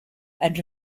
and